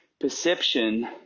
perception